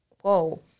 whoa